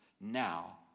now